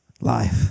Life